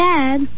Dad